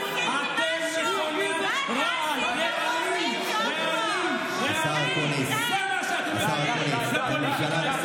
לפחות אני עשיתי משהו.